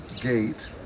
Gate